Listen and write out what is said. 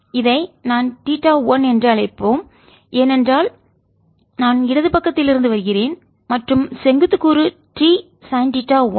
இதை நான் தீட்டா 1 என்று அழைப்போம் ஏனென்றால் நான் இடது பக்கத்திலிருந்து வருகிறேன் மற்றும் செங்குத்து கூறு T சைன் தீட்டா 1